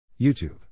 YouTube